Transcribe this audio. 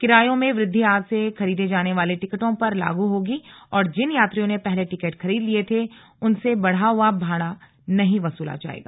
किरायों में वृद्धि आज से खरीदे जाने वाले टिकटों पर लागू होगी और जिन यात्रियों ने पहले टिकट खरीद लिए थे उनसे बढ़ा हआ भाड़ा नहीं वसूला जाएगा